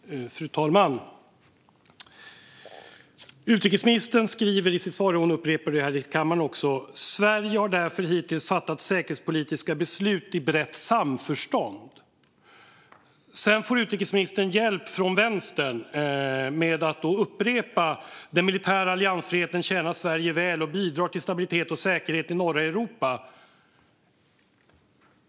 Fru talman! Utrikesministern säger i sitt svar och upprepar det också: "Sverige har därför hittills fattat säkerhetspolitiska beslut i brett samförstånd." Sedan får utrikesministern hjälp från Vänstern som upprepar det som utrikesministern säger: "Vår militära alliansfrihet tjänar oss väl och bidrar till stabilitet och säkerhet i norra Europa."